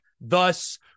thus